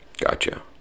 Gotcha